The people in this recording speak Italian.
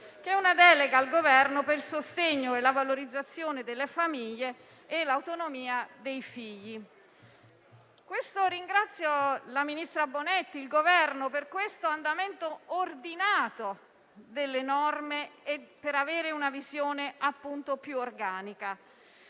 che è una delega al Governo per il sostegno e la valorizzazione delle famiglie e l'autonomia dei figli. Ringrazio la ministra Bonetti ed il Governo per un andamento ordinato delle norme, che consente di avere una visione più organica,